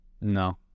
No